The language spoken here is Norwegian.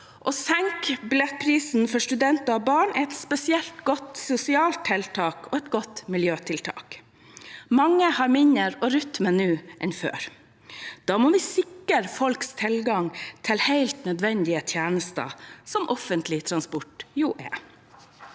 Å senke billettprisen for studenter og barn er et spesielt godt sosialt tiltak og et godt miljøtiltak. Mange har mindre å rutte med nå enn før. Da må vi sikre folks tilgang til helt nødvendige tjenester, som offentlig transport er.